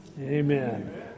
Amen